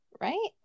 right